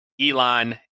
Elon